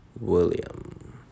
William